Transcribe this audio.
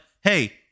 hey